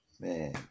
Man